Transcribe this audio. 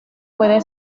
puede